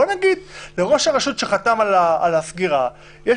בוא ונגיד שלראש הרשות שחתם על הסגירה יש